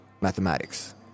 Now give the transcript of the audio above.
mathematics